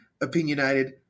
opinionated